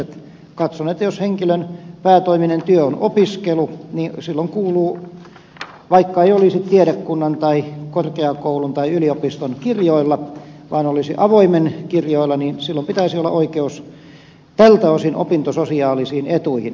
katson että jos henkilön päätoiminen työ on opiskelu niin silloin vaikka ei olisi tiedekunnan tai korkeakoulun tai yliopiston kirjoilla vaan olisi avoimen kirjoilla pitäisi olla oikeus tältä osin opintososiaalisiin etuihin